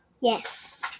Yes